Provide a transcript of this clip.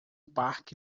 parque